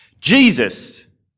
Jesus